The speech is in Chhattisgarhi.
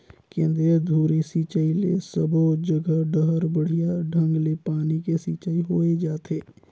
केंद्रीय धुरी सिंचई ले सबो जघा डहर बड़िया ढंग ले पानी के सिंचाई होय जाथे